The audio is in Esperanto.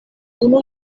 unu